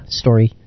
story